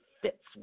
fits